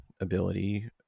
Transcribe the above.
ability